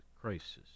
Crisis